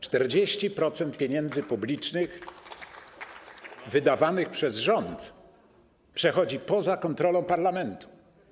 40% pieniędzy publicznych wydawanych przez rząd przechodzi poza kontrolą parlamentu.